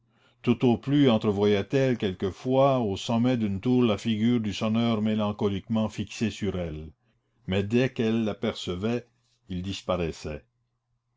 tout au plus entrevoyait elle quelquefois au sommet d'une tour la figure du sonneur mélancoliquement fixée sur elle mais dès qu'elle l'apercevait il disparaissait